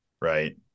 Right